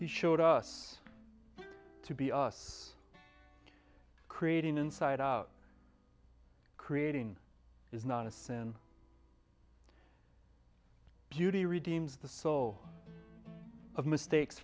he showed us to be us creating inside out creating is not a sin beauty redeemed the thought of mistakes